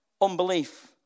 Unbelief